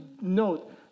note